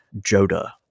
Joda